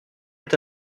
est